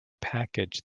package